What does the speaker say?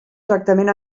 tractament